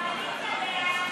אזרחי (תיקון,